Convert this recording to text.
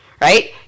right